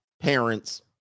parents